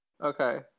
Okay